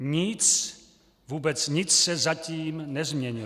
Nic, vůbec nic se zatím nezměnilo.